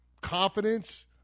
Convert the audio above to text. confidence